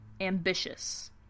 ambitious